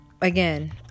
again